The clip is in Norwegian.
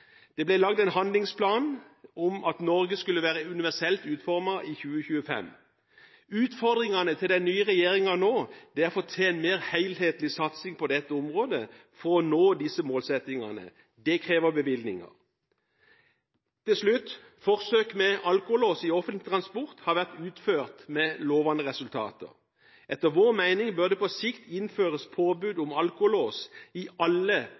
Det ble laget en handlingsplan om at Norge skulle være universelt utformet i 2025. Utfordringene til den nye regjeringen er nå å få til en mer helhetlig satsing på dette området for å nå disse målsettingene. Det krever bevilgninger. Helt til slutt: Forsøk med alkolås i offentlig transport har vært utført med lovende resultater. Etter vår mening bør det på sikt innføres påbud om alkolås i alle